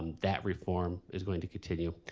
that reform is going to continue.